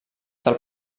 del